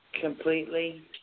Completely